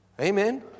Amen